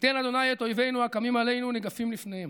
ייתן ה' את אויבינו הקמים עלינו ניגפים לפניהם,